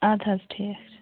ادٕ حظ ٹھیٖک